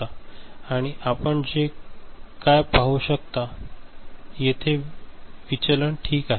आणि आपण हे काय पाहू शकता येथे विचलन ठीक आहे